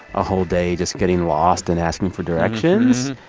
a whole day just getting lost and asking for directions,